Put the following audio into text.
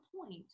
point